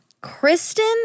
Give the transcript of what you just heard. Kristen